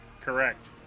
Correct